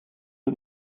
het